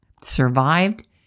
survived